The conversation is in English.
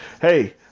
Hey